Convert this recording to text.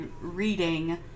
reading